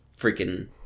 Freaking